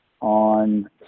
on